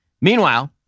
Meanwhile